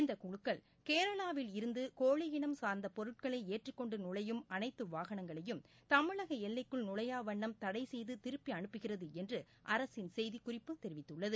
இந்த குழுக்கள் கேரளாவில் இருந்து கோழியினம் சார்ந்த பொருட்கள் ஏற்றிகொண்டு நுழையும் அனைத்து வாகனங்களும் தமிழக எல்லைக்குள் நுழையா வண்ணம் தடை செய்து திருப்பி அனுப்பப்படுகிறது என்று அரசின் செய்தி குறிப்பு தெரிவித்துள்ளது